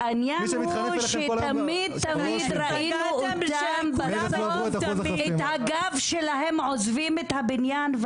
העניין הוא שתמיד תמיד ראינו אותם את הגב שלהם עוזבים את הבניין,